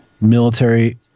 military